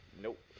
Nope